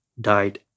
died